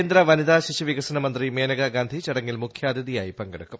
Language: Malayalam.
കേന്ദ്ര വനിതാ ശിശു വികസന മന്ത്രി മേനകാഗാന്ധി ചടങ്ങിൽ മുഖ്യാതിഥിയായി പങ്കെടുക്കും